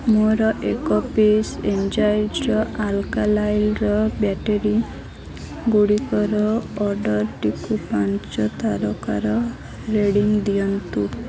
ମୋର ଏକ piece Energizer alkaline ବ୍ୟାଟେରୀଗୁଡ଼ିକର ଅର୍ଡ଼ର୍ଟିକୁ ପାଞ୍ଚ ତାରକାର ରେଟିଙ୍ଗ ଦିଅନ୍ତୁ